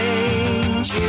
Change